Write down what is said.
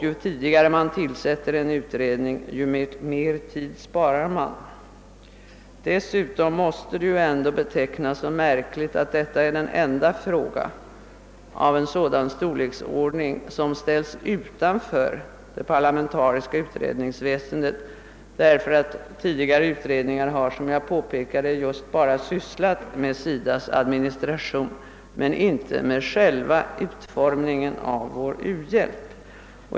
Ju tidigare man tillsätter en utredning, desto mer tid sparar man. Dessutom måste det ju ändå betecknas som märkligt, att detta är den enda fråga av en sådan storleksordning som ställes utanför det parlamentariska utredningsväsendet, därför att tidigare utredningar har, som jag påpekade, just bara sysslat med SIDA:s administration men inte med själva utformningen av vår u-hjälp.